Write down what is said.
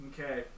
Okay